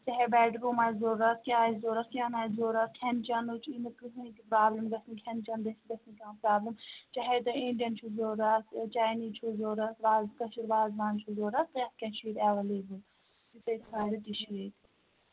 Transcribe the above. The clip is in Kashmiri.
چاہے بیڈروٗم آسہِ ضوٚرَتھ کیٛاہ آسہِ ضوٚرَتھ کیٛاہ نہٕ آسہِ ضوٚرَتھ کھٮ۪ن چٮ۪ن چھُ ییٚمہِ کٕہٕنۍ تہِ پرابلِم گژھنُک کھٮ۪ن چٮ۪ن گژھِ گژھنہِ کانٛہہ پرٛابلِم چاہے تۄہہِ اِنڈیَن چھُو ضوٚرَتھ چاینیٖز چھُو ضوٚرَتھ واز کٔٲشُر وازوان چھُ ضوٚرَتھ پرٛٮ۪تھ کیٚنٛہہ چھُ ییٚتہِ ایویلیبٕل یِتھَے ساروِ تہِ چھِ ییٚتہِ